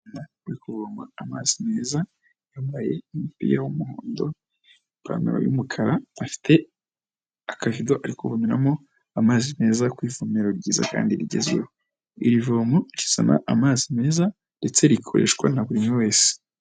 Umwana ari kuvoma amazi meza yambaye umupira w’umuhondo, ipantaro y'umukara afite akabido ari kuvomeramo amazi meza ku ivomero ryiza kandi rigezweho. Iri vomo rizana amazi meza ndetse rikoreshwa na buri wese.